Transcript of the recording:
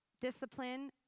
discipline